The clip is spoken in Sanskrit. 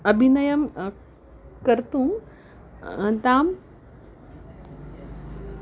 अभिनयं कर्तुं ताम्